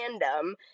random